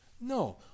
No